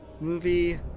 movie